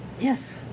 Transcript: Yes